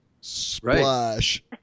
splash